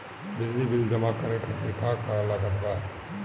बिजली बिल जमा करे खातिर का का लागत बा?